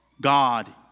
God